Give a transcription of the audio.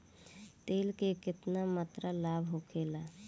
तेल के केतना मात्रा लाभ होखेला?